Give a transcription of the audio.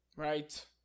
Right